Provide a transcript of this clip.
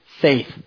faith